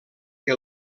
que